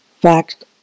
fact